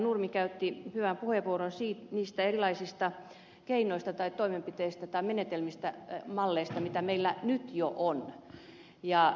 nurmi käytti hyvän puheenvuoron niistä erilaisista keinoista tai toimenpiteistä tai menetelmistä malleista mitä meillä nyt jo on